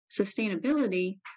sustainability